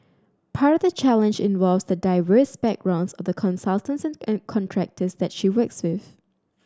part the challenge involves the diverse backgrounds of the consultants and contractors that she works with